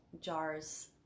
jars